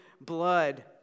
blood